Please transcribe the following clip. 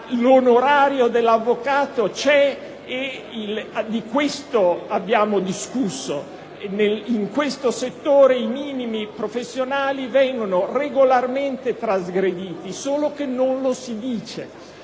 l'onorario dell'avvocato c'è e di ciò abbiamo discusso. In questo settore, i minimi professionali vengono diffusamente trasgrediti, solo che non lo si dice.